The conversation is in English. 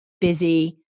busy